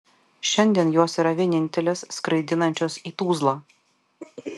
šiandien jos yra vienintelės skraidinančios į tuzlą